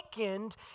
awakened